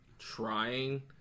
Trying